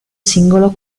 singolo